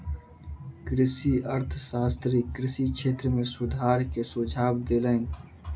कृषि अर्थशास्त्री कृषि क्षेत्र में सुधार के सुझाव देलैन